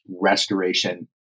restoration